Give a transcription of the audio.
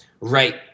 right